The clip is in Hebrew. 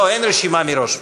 לא, אין רשימה מראש.